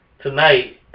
tonight